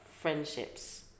friendships